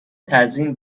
تزیین